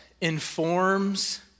informs